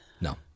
No